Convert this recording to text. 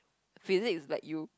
physique like you